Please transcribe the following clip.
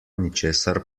ničesar